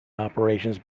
operations